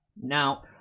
Now